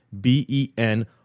b-e-n